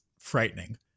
frightening